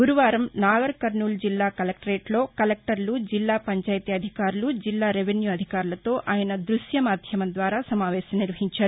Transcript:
గురువారం నాగర్కర్నూల్ జిల్లా కలెక్టరేట్లో కలెక్టర్లు జిల్లా పంచాయతీ అధికారులు జిల్లా రెవెన్యూ అధికారులతో ఆయన దృశ్య మాధ్యమ సమావేశం నిర్వహించారు